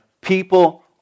people